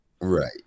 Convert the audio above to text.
right